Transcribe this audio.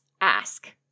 Ask